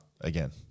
again